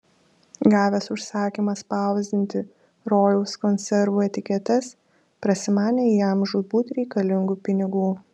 gavęs užsakymą spausdinti rojaus konservų etiketes prasimanė jam žūtbūt reikalingų pinigų